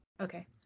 Okay